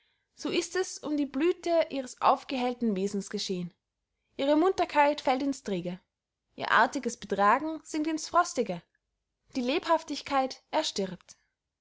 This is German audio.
so ist es um die blüte ihres aufgehellten wesens geschehen ihre munterkeit fällt ins träge ihr artiges betragen sinkt ins frostige die lebhaftigkeit erstirbt